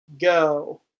go